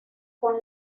con